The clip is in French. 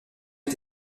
est